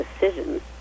decisions